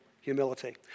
Humility